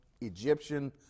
Egyptian